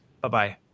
bye-bye